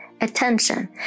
attention